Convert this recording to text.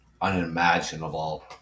unimaginable